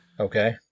Okay